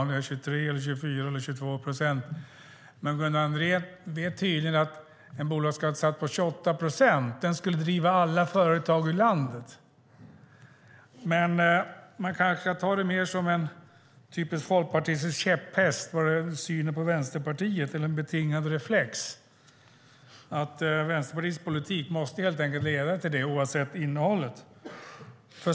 Är det 23, 24 eller 22 procent? Men Gunnar Andrén vet tydligen att en bolagsskattesats på 28 procent skulle driva alla företag ur landet. Man kanske ska ta det mer som en typisk folkpartistisk käpphäst i synen på Vänsterpartiet eller en betingad reflex. Vänsterpartiets politik måste tydligen helt enkelt leda till detta oavsett innehållet.